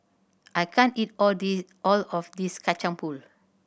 I can't eat all all of this Kacang Pool